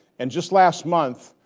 and just last month,